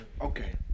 Okay